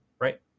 Right